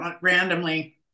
randomly